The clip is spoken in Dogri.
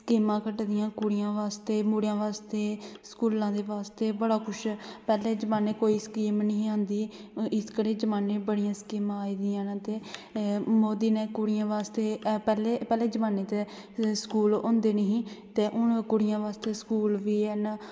स्कीमां कड्ढी दियां ना कुड़ियें बास्तै मुडे़ं बासतै स्कूलें आस्तै बड़ां कुछ पहले जमाने कोई स्कीम नेईं ही आंदी इस करियै हून बडियां स्कीमां न आई दियां मोदी ने कुड़ियें आस्तै पहले जमाने च स्कूल होंदे नेई ही ते हून कुड़ियां बास्तै स्कूल बी हैन